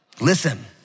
listen